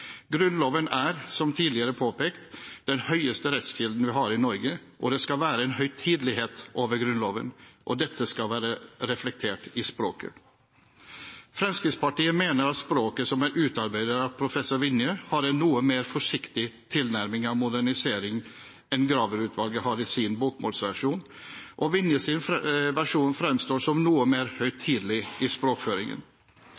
Grunnloven er, som tidligere påpekt, den høyeste rettskilden vi har i Norge. Det skal også være en høytidelighet over Grunnloven, og dette skal være reflektert i språket. Fremskrittspartiet mener at språket som er utarbeidet av professor Vinje, har en noe mer forsiktig tilnærming til moderniseringen enn Graver-utvalget har i sin bokmålsversjon, og Vinjes versjon fremstår som noe mer